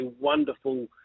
wonderful